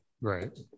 right